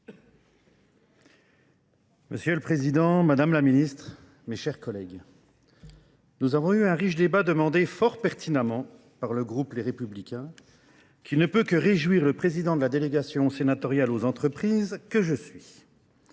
Monsieur le Président, Madame la Ministre, Mes chers collègues, Nous avons eu un riche débat demandé fort pertinemment par le groupe Les Républicains, qui ne peut que réjouir le Président de la délégation sénatoriale aux entreprises que je suis.